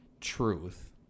truth